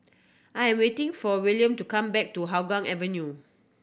I am waiting for Wilhelm to come back to Hougang Avenue